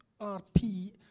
RP